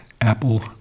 Apple